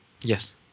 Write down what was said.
Yes